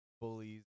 bullies